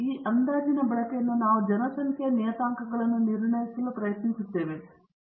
ಈ ಅಂದಾಜಿನ ಬಳಕೆಯನ್ನು ನಾವು ಜನಸಂಖ್ಯೆಯ ನಿಯತಾಂಕಗಳನ್ನು ನಿರ್ಣಯಿಸಲು ಪ್ರಯತ್ನಿಸುತ್ತೇವೆ